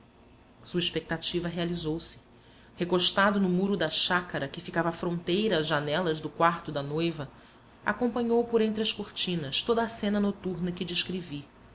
sua expectativa realizou se recostado no muro da chácara que ficava fronteira às janelas do quarto da noiva acompanhou por entre as cortinas toda a cena noturna que descrevi